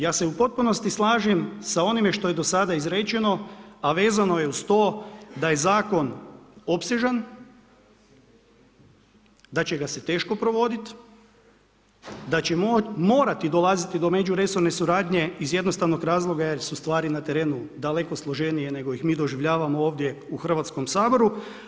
Ja se u potpunosti slažem sa onime što je do sada izrečeno, a vezano je uz to da je zakon opsežan, da će ga se teško provoditi da će morati dolaziti do međuresorne suradnje iz jednostavnog razloga jer su stvari na terenu daleko složenije nego ih mi doživljavamo ovdje u Hrvatskom saboru.